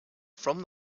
from